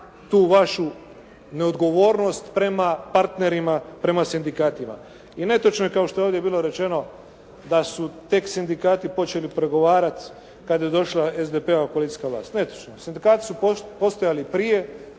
tu vašu neodgovornost prema partnerima, prema sindikatima. I netočno je kao što je ovdje bilo rečeno da su tek sindikati počeli pregovarati kada je došla SDP-ova koalicijska vlast. Netočno. Sindikati su postojali prije,